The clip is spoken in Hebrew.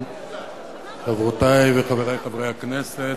חברותי וחברי חברי הכנסת,